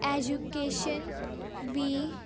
education we